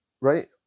right